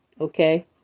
Okay